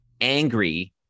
Angry